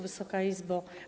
Wysoka Izbo!